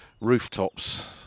rooftops